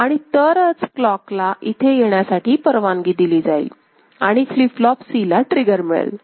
आणि तरच क्लॉकला इथे येण्यासाठी परवानगी दिली जाईल आणि फ्लीप फ्लोप Cला ट्रिगर मिळेल